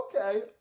okay